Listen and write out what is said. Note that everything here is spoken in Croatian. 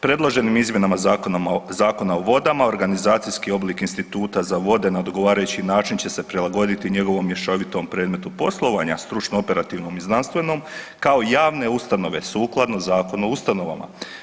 Predloženim izmjenama Zakona o vodama organizacijski oblik Instituta za vode na odgovarajući način će se prilagoditi njegovom mješovitom predmetu poslovanja, stručno operativnom i znanstvenom kao javne ustanove sukladno Zakonu o ustanovama.